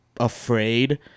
afraid